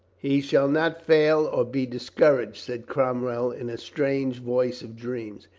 he shall not fail or be discouraged, said cromwell in a strange voice of dreams.